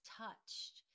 touched